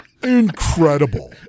incredible